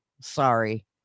Sorry